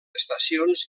estacions